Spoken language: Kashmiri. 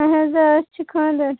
اہَن حَظ آ اسہِ چھُ خَاندَر